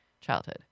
childhood